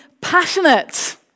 Passionate